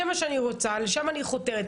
לשם אני חותרת.